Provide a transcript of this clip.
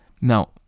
Now